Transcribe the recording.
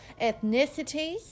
ethnicities